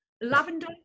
lavender